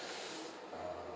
uh